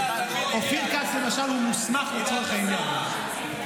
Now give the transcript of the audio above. אופיר כץ, למשל, מוסמך לצורך העניין הזה.